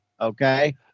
okay